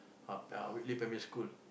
ah ya Whitley primary school